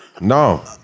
No